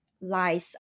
lies